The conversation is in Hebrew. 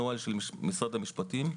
נוהל של משרד המשפטים,